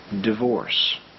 divorce